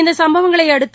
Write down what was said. இந்த சம்பவங்களை அடுத்து